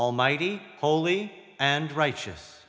almighty holy and righteous